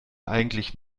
eigentlich